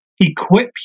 equip